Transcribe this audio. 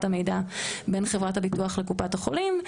המידע בין חברת הביטוח לקופת החולים.